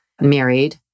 married